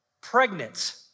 pregnant